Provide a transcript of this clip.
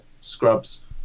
scrubs